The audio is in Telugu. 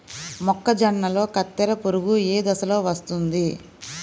మొక్కజొన్నలో కత్తెర పురుగు ఏ దశలో వస్తుంది?